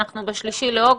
אנחנו ב-3 באוגוסט,